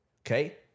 okay